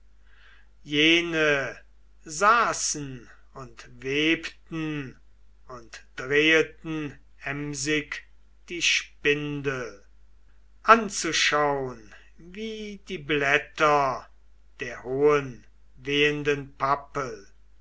jene saßen und webten und dreheten emsig die spindel anzuschaun wie die blätter der hohen wehenden pappel